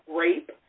rape